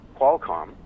Qualcomm